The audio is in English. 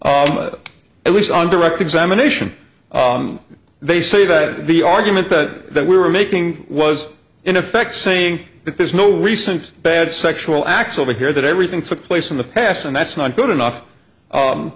at least on direct examination they say that the argument that we were making was in effect saying that there's no recent bad sexual acts over here that everything took place in the past and that's not good enough